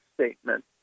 statement